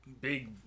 Big